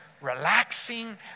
relaxing